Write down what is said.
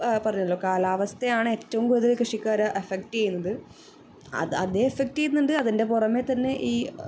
പറഞ്ഞല്ലോ കാലാവസ്ഥയാണ് ഏറ്റവും കൂടുതൽ കൃഷിക്കാരെ അഫക്റ്റ് ചെയ്യുന്നത് അത് അതേ എഫ്ഫക്റ്റ് ചെയ്യുന്നുണ്ട് അതിൻ്റെ പുറമേ തന്നെ ഈ